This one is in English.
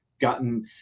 gotten